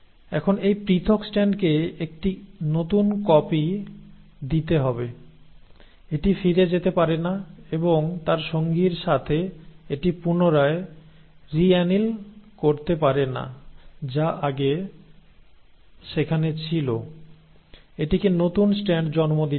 এখন এই পৃথক স্ট্র্যান্ডকে একটি নতুন কপি দিতে হবে এটি ফিরে যেতে পারে না এবং তার সঙ্গীর সাথে এটি পুনরায রিঅ্যানীল করতে পারে না যা আগে সেখানে ছিল এটিকে নতুন স্ট্র্যান্ড জন্ম দিতে হবে